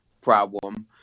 problem